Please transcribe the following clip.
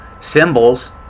symbols